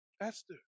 Esther